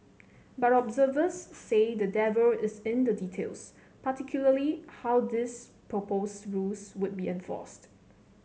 but observers say the devil is in the details particularly how these proposed rules would be enforced